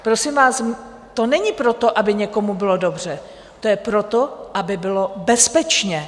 Prosím vás, to není proto, aby někomu bylo dobře, to je proto, aby bylo bezpečně.